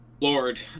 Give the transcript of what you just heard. Lord